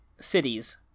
cities